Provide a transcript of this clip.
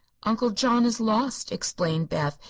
uncle john is lost, explained beth,